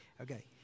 Okay